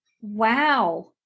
Wow